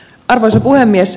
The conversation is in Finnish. arvoisa puhemies